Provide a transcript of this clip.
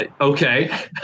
okay